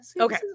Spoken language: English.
Okay